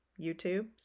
YouTube